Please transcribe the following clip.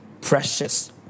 precious